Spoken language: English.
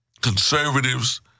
conservatives